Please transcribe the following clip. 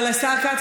אבל השר כץ,